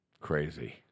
crazy